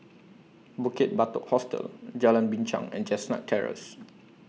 Bukit Batok Hostel Jalan Binchang and Chestnut Terrace